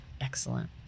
Excellent